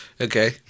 okay